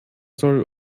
soll